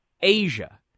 Asia